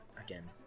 Again